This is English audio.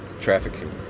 trafficking